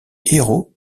héros